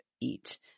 eat